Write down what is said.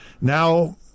now